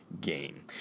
game